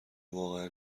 واقعا